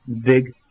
big